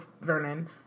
vernon